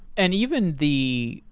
and even the,